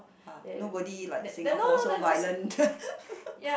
!huh! nobody like Singapore so violent